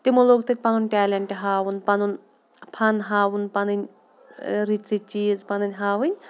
تِمو لوگ تَتہِ پَنُن ٹیلٮ۪نٛٹ ہاوُن پَنُن فَن ہاوُن پَنٕںۍ رٕتۍ رٕتۍ چیٖز پَںٕںۍ ہاوٕنۍ